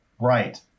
right